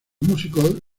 músicos